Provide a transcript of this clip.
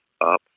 up